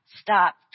stop